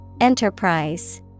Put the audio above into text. Enterprise